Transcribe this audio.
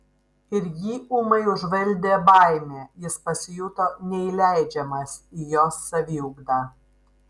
ir jį ūmai užvaldė baimė jis pasijuto neįleidžiamas į jos saviugdą